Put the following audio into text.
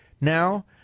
now